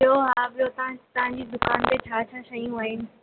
ॿियो आहे ॿियो तव्हां तव्हांजी दुकाुन ते छा छा शयूं आहिनि